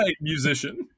musician